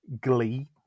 glee